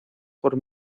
por